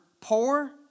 poor